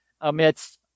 amidst